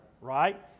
right